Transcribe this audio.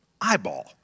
eyeball